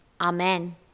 Amen